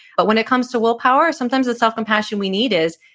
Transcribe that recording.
but when it comes to willpower, sometimes the self-compassion we need is,